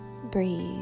breathe